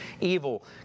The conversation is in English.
evil